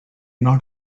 not